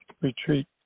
retreat